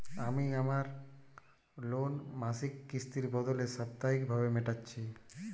আমি আমার লোন মাসিক কিস্তির বদলে সাপ্তাহিক ভাবে মেটাচ্ছি